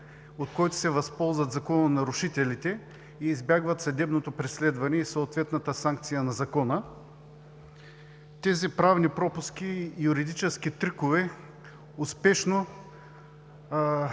от който се възползват закононарушителите и избягват съдебното преследване и съответната санкция на закона. Тези правни пропуски и юридически трикове успешно